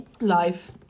life